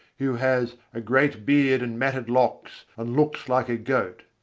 who has a great beard and matted locks, and looks like a goat,